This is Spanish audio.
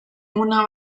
una